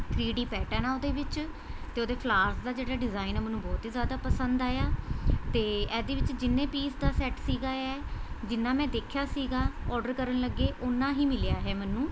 three D pattern ਆ ਉਹਦੇ ਵਿੱਚ ਅਤੇ ਉਹਦੇ ਫਲਾਰਸ ਦਾ ਜਿਹੜਾ ਡਿਜ਼ਾਈਨ ਹੈ ਮੈਨੂੰ ਬਹੁਤ ਹੀ ਜ਼ਿਆਦਾ ਪਸੰਦ ਆਇਆ ਅਤੇ ਇਹਦੇ ਵਿੱਚ ਜਿੰਨੇ ਪੀਸ ਦਾ ਸੈੱਟ ਸੀਗਾ ਇਹ ਜਿੰਨਾਂ ਮੈਂ ਦੇਖਿਆ ਸੀਗਾ ਔਡਰ ਕਰਨ ਲੱਗੇ ਉਨਾਂ ਹੀ ਮਿਲਿਆ ਹੈ ਮੈਨੂੰ